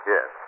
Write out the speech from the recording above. Yes